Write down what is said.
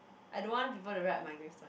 I don't want people to write my grades story